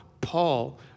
Paul